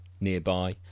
nearby